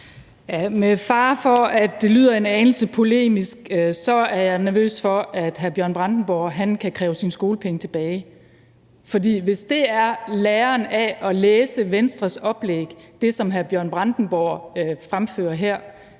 Med fare for, at det lyder en anelse polemisk, vil jeg sige, at jeg er nervøs for, at hr. Bjørn Brandenborg kan kræve sine skolepenge tilbage. For hvis det, som hr. Bjørn Brandenborg fremfører her,